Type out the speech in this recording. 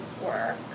work